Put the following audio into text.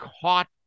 caught